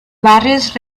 barrios